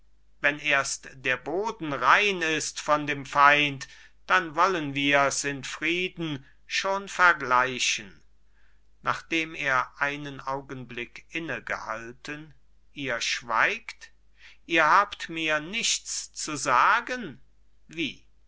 wenn erst der boden rein ist von dem feind dann wollen wir's in frieden schon vergleichen nachdem er einen augenblick innegehalten ihr schweigt ihr habt mir nichts zu sagen wie